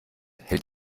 hält